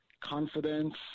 confidence